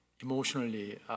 emotionally